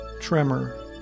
tremor